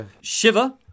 Shiva